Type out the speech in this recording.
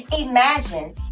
Imagine